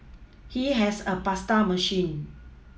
he has a pasta machine